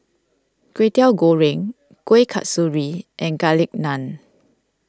Kway Teow Goreng Kuih Kasturi and Garlic Naan